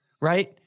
right